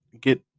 get